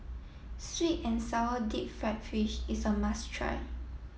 Sweet and Sour Deep Fried Fish is a must try